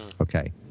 okay